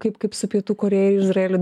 kaip kaip su pietų korėja izraeliu